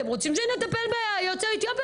אתם רוצים שנטפל ביוצאי אתיופיה,